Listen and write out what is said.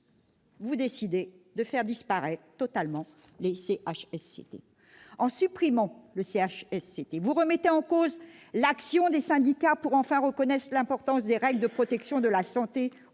vous décidez de faire disparaître totalement les CHSCT ! En supprimant le CHSCT, vous remettez en cause l'action des syndicats pour que soit enfin reconnue l'importance des règles de protection de la santé